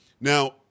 Now